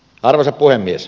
arvoisa puhemies